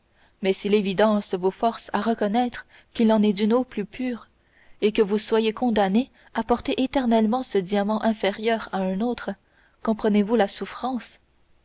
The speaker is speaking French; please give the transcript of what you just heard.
mais si l'évidence vous force à reconnaître qu'il en est d'une eau plus pure et que vous soyez condamné à porter éternellement ce diamant inférieur à un autre comprenez-vous la souffrance